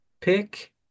pick